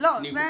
סעיף הבא.